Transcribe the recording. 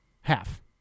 Half